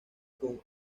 con